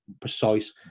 precise